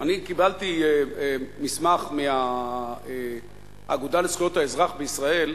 קיבלתי מסמך מהאגודה לזכויות האזרח בישראל.